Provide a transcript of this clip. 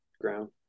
ground